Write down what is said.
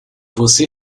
você